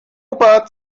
ober